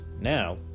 now